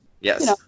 Yes